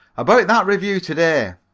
about that review to-day,